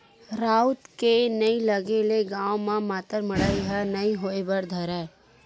राउत के नइ लगे ले गाँव म मातर मड़ई ह नइ होय बर धरय